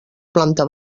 planta